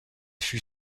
fut